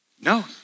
No